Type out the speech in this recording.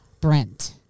Brent